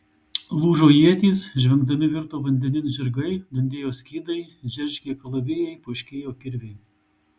lūžo ietys žvengdami virto vandenin žirgai dundėjo skydai džeržgė kalavijai poškėjo kirviai